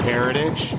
Heritage